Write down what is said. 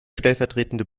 stellvertretende